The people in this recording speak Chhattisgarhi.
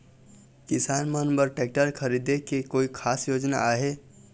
किसान मन बर ट्रैक्टर खरीदे के कोई खास योजना आहे?